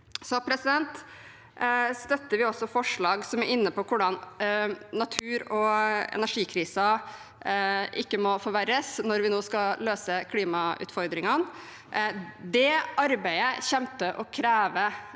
og 2050. Vi støtter også forslag som er inne på hvordan natur- og energikrisen ikke må forverres når vi nå skal løse klimautfordringene. Det arbeidet kommer til å kreve